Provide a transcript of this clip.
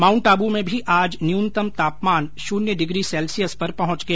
माउंटआबू में भी आज न्यूनतम तापमान शून्य डिग्री सैल्सियस पर पहुंच गया